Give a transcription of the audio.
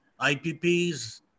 IPPs